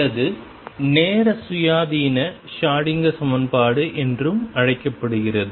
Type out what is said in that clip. அல்லது நேர சுயாதீன ஷ்ரோடிங்கர் Schrödinger சமன்பாடு என்றும் அழைக்கப்படுகிறது